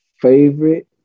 favorite